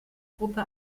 gruppe